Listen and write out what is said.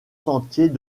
sentiers